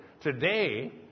Today